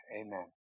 Amen